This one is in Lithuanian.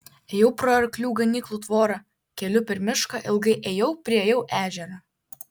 ėjau pro arklių ganyklų tvorą keliu per mišką ilgai ėjau priėjau ežerą